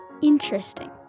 interesting